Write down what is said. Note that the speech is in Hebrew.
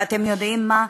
ואתם יודעים מה?